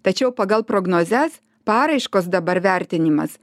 tačiau pagal prognozes paraiškos dabar vertinimas